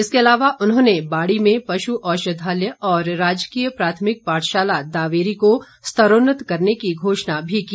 इसके अलावा उन्होंने बाड़ी में पश् औषधालय और राजकीय प्राथमिक पाठशाला दावेरी को स्त्रोन्नत करने की घोषणा भी की